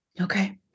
Okay